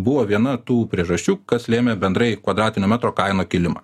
buvo viena tų priežasčių kas lėmė bendrai kvadratinio metro kainų kilimą